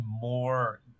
more